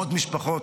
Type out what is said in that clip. מאות משפחות,